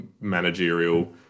managerial